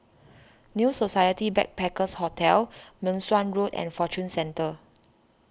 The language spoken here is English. New Society Backpackers' Hotel Meng Suan Road and Fortune Centre